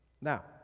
Now